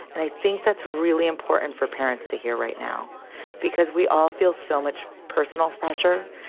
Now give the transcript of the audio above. and i think that's really important for parents to hear right now because we all feel so much personal pressure.